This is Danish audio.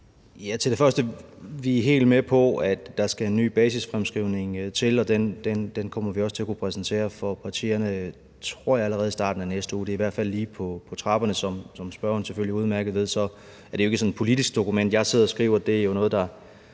Til det første: Vi er helt med på, at der skal en ny basisfremskrivning til, og den kommer vi også til at kunne præsentere for partierne, allerede i starten af næste uge, tror jeg; det er i hvert fald lige på trapperne. Som spørgeren selvfølgelig udmærket ved, er det jo ikke sådan et politisk dokument, jeg sidder og skriver. Det er noget, der